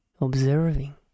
observing